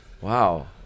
Wow